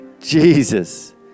Jesus